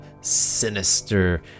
sinister